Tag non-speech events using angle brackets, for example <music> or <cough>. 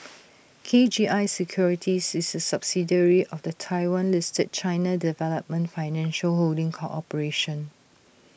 <noise> K G I securities is A subsidiary of the Taiwan listed China development financial holding corporation